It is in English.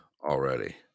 already